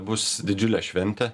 bus didžiulė šventė